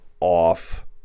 off